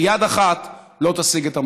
כי יד אחת לא תשיג את המטרה.